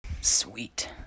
Sweet